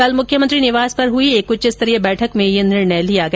कल मुख्यमंत्री निवास पर हुई एक उच्चस्तरीय बैठक में ये निर्णय लिया गया